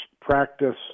practice